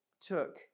took